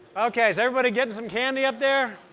ok, is everybody getting some candy up there?